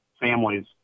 families